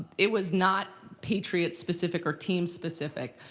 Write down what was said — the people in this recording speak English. it was not patriot specific or team specific.